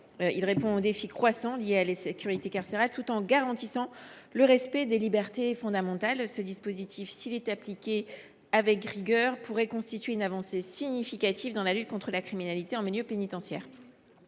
de répondre aux défis croissants liés à la sécurité carcérale, tout en garantissant un strict respect des libertés fondamentales. Ce dispositif, s’il était appliqué avec rigueur, pourrait constituer une avancée significative dans la lutte contre la criminalité en milieu pénitentiaire.